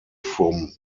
from